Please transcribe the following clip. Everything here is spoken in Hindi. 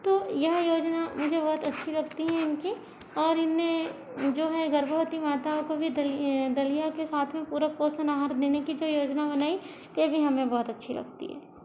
तो यह योजना मुझे बहुत अच्छी लगती है इनकी और इनने जो है गर्भवती माताओं को भी दली दलिया के साथ मे पूरा पोषण आहार देने की जो योजना बनाई वे भी हमें बहुत अच्छी लगती है